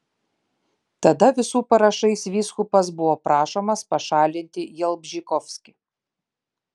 tada visų parašais vyskupas buvo prašomas pašalinti jalbžykovskį